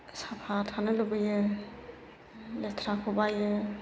साफा थानो लुबैयो लेथ्राखौ बायो